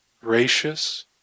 gracious